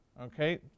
Okay